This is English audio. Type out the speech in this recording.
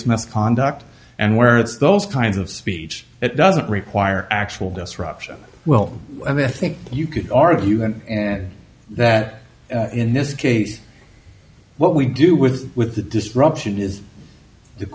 misconduct and where it's those kinds of speech it doesn't require actual disruption well i think you could argue and that in this case what we do with with the disruption is the